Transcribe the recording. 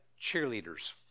cheerleaders